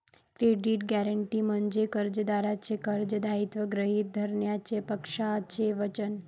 credit guarantee म्हणजे कर्जदाराचे कर्ज दायित्व गृहीत धरण्याचे पक्षाचे वचन